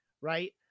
right